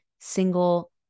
single